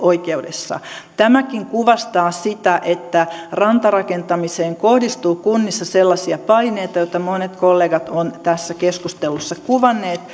oikeudessa tämäkin kuvastaa sitä että rantarakentamiseen kohdistuu kunnissa sellaisia paineita joita monet kollegat ovat tässä keskustelussa kuvanneet